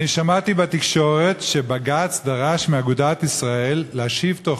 אני שמעתי בתקשורת שבג"ץ דרש מאגודת ישראל להשיב בתוך